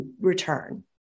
Return